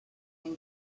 been